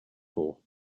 for